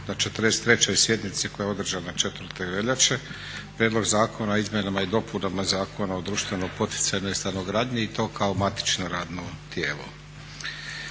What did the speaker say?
na 43. sjednici koja je održana 4. veljače prijedlog zakona o izmjenama i dopunama Zakona o društveno poticanoj stanogradnji i to kao matično radno tijelo.